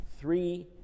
three